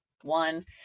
one